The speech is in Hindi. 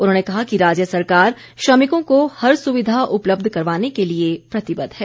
उन्होंने कहा कि राज्य सरकार श्रमिकों को हर सुविधा उपलब्ध करवाने के लिए प्रतिबद्ध है